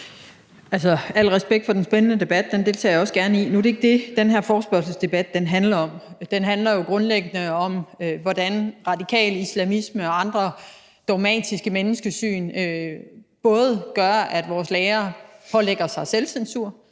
Al respekt for den spændende debat, den deltager jeg også gerne i, men nu er det ikke det, som den her forespørgselsdebat handler om. For den handler jo grundlæggende om, hvordan radikal islamisme og andre dogmatiske menneskesyn både gør, at vores lærere pålægger sig selvcensur,